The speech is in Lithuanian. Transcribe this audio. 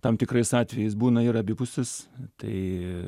tam tikrais atvejais būna ir abipusis tai